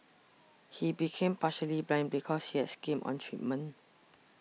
he became partially blind because he has skimmed on treatment